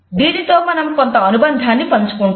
దీనితో మనం కొంత అనుబంధాన్ని పంచుకుంటాం